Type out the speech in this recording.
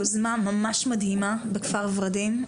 יוזמה ממש מדהימה בכפר ורדים,